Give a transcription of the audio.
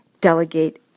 delegate